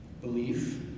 belief